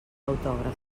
autògraf